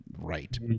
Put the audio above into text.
Right